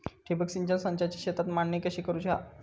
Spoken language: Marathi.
ठिबक सिंचन संचाची शेतात मांडणी कशी करुची हा?